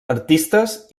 artistes